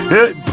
Hey